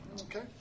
Okay